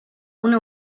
una